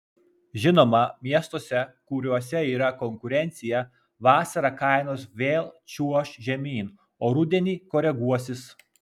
žinoma miestuose kuriuose yra konkurencija vasarą kainos vėl čiuoš žemyn o rudenį koreguosis